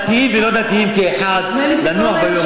דתיים ולא דתיים כאחד, לנוח ביום הזה.